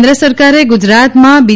કેન્દ્ર સરકારે ગુજરાતમાં બી